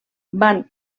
van